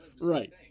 Right